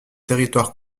territoires